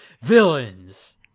villains